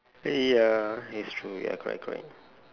ya it's true ya correct correct